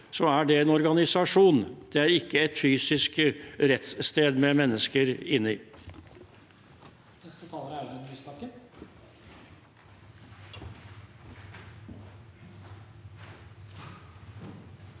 er det en organisasjon. Det er ikke et fysisk rettssted med mennesker inni.